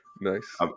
Nice